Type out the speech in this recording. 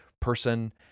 person